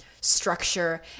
structure